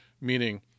meaning